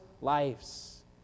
lives